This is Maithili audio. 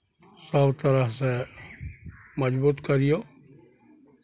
सभ तरहसँ मजबूत करियौ